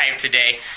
today